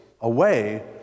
away